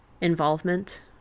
involvement